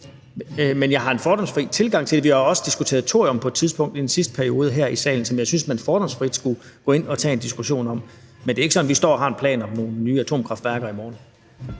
løse. Jeg har en fordomsfri tilgang til det, og vi har også diskuteret thorium på et tidspunkt i den sidste periode her i salen, som jeg synes at man fordomsfrit skulle gå ind og tage en diskussion om. Men det er ikke sådan, at vi står og har en plan om nogle nye atomkraftværker i morgen.